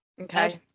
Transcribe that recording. okay